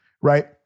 right